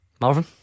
Marvin